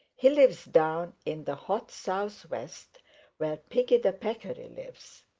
he lives down in the hot southwest where piggy the peccary lives.